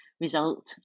result